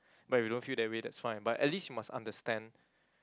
but you don't feel that way that's fine but at least you must understand